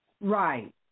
Right